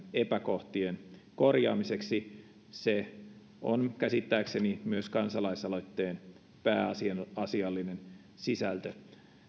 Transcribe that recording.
epäkohtien korjaamiseksi se on käsittääkseni myös kansalaisaloitteen pääasiallinen sisältö